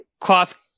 cloth